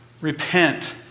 Repent